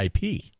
IP